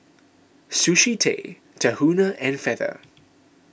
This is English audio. Sushi Tei Tahuna and Feather